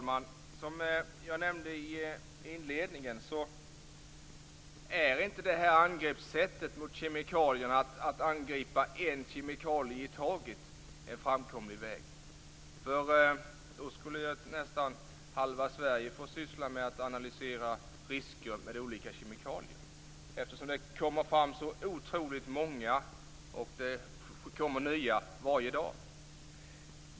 Fru talman! Som jag inledningsvis nämnde är inte sättet att angripa en kemikalie i taget en framkomlig väg. Då skulle nästan halva Sverige få syssla med att analysera risker med olika kemikalier. Det kommer ju fram så otroligt många kemikalier - ja, det kommer nya varje dag.